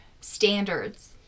standards